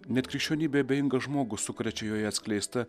net krikščionybei abejingą žmogų sukrečia joje atskleista